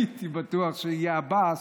הייתי בטוח שיהיה עבאס,